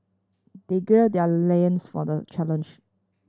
they gird their loins for the challenge